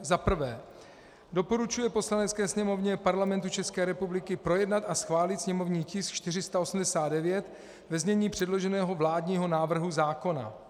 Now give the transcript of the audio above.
I. doporučuje Poslanecké sněmovně Parlamentu České republiky projednat a schválit sněmovní tisk 489 ve znění předloženého vládního návrhu zákona;